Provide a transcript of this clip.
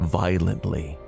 violently